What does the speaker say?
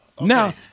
Now